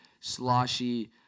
sloshy